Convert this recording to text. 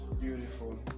Beautiful